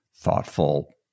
thoughtful